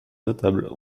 notables